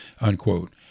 unquote